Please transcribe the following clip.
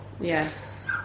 Yes